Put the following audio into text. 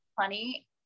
funny